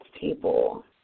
people